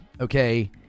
Okay